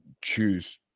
choose –